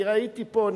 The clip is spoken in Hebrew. אני ראיתי פה,